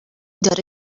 داره